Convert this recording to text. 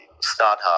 startup